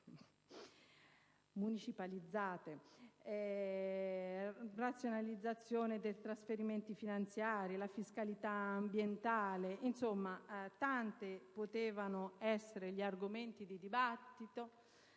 municipalizzate alla razionalizzazione dei trasferimenti finanziari, alla fiscalità ambientale. Tanti potevano essere gli argomenti di dibattito,